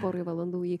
porai valandų jį